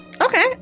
Okay